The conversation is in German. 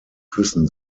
küssen